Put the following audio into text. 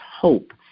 hope